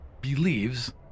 believes